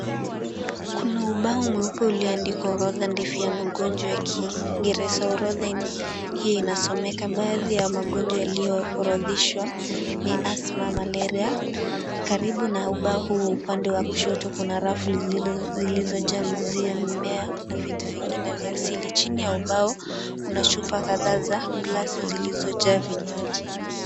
Kuna ubao mweupe ulioandikwa orodha ndefu ya magonjwa ya kiingereza. Orodha hii inasomeka na baadhi ya magonjwa yaliyoorodheshwa ni asthma, malaria , karibu na ubao huu upande wa kushoto kuna rafu zilizojaa mizizi ya mimea na vitu Vingine vya asili. Chini ya ubao kuna chupa kadha za gilasi zilizojaa vinywaji.